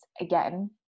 again